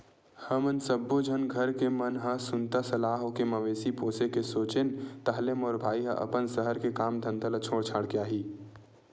हमन सब्बो झन घर के मन ह सुनता सलाह होके मवेशी पोसे के सोचेन ताहले मोर भाई ह अपन सहर के काम धंधा ल छोड़ छाड़ के आही